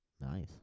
Nice